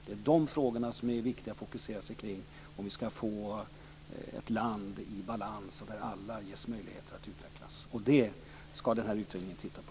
Det är de frågorna som är viktiga att fokusera sig på om vi skall få ett land i balans där alla ges möjligheter att utvecklas. Det skall utredningen titta på.